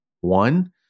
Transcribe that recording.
one